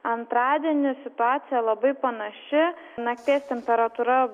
antradienį situacija labai panaši nakties temperatūra